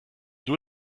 nur